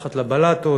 מתחת לבלטות,